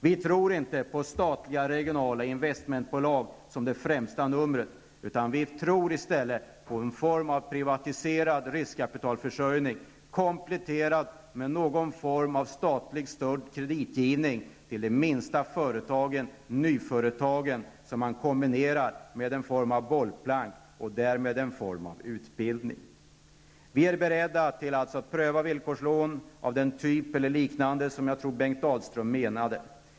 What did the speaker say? Vi tror inte på statliga, regionala investmentbolag som det främsta numret, utan vi tror i stället på en form av privatiserad riskkapitalförsörjning kompletterad med någon form av statligt stödd kreditgivning till de minsta företagen, de nya företagen, som man kombinerar med en form av bollplank och därmed en form av utbildning. Vi är alltså beredda att pröva villkorslån av den typen eller liknande som jag tror att Bengt Dalström menade.